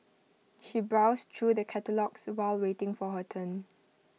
she browsed through the catalogues while waiting for her turn